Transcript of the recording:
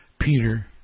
Peter